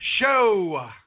Show